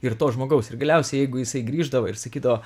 ir to žmogaus ir galiausiai jeigu jisai grįždavo ir sakydavo